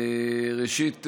ראשית,